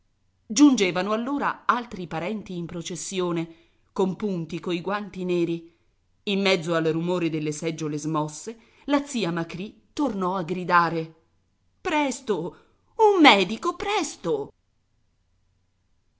giungevano allora altri parenti in processione compunti coi guanti neri in mezzo al rumore delle seggiole smosse la zia macrì tornò a gridare presto un medico presto